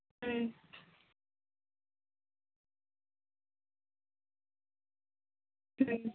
ᱦᱩᱸ ᱦᱩᱸ